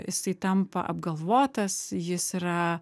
jisai tampa apgalvotas jis yra